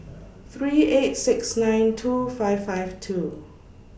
three eight six nine two five five two